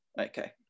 Okay